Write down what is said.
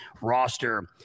roster